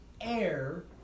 air